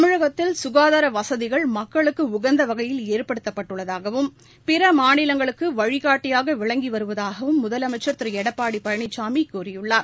தமிழகத்தில் சுகாதார வசதிகள் மக்களுக்கு உகந்த வகையில் ஏற்படுத்தப்பட்டுள்ளதாகவும் பிற மாநிலங்களுக்கு வழிகாட்டியாக விளங்கி வருவதாகவும் முதலமைச்சர் திரு எடப்பாடி பழனிசாமி கூறியுள்ளார்